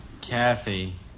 Kathy